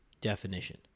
definition